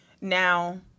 now